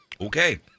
Okay